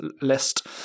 list